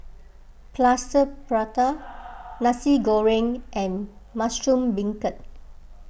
Plaster Prata Nasi Goreng and Mushroom Beancurd